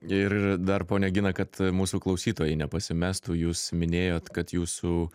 ir dar ponia gina kad mūsų klausytojai nepasimestų jūs minėjot kad jūsų